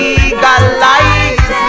Legalize